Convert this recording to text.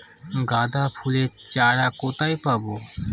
গাঁদা ফুলের চারা কোথায় পাবো?